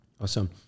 Awesome